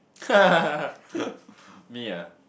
me ah